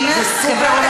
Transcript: זה סופר עולם תחתון,